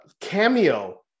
cameo